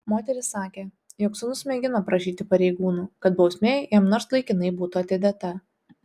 moteris sakė jog sūnus mėgino prašyti pareigūnų kad bausmė jam nors laikinai būtų atidėta